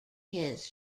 his